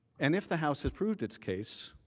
and if the house has proved its case,